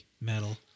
metal